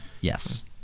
Yes